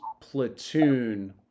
platoon